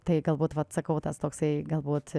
tai galbūt vat sakau tas toksai galbūt